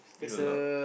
still got a lot